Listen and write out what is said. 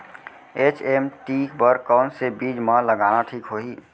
HMT बर कौन से बीज मा लगाना ठीक होही?